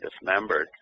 dismembered